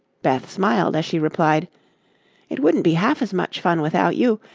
beth smiled, as she replied it wouldn't be half as much fun without you,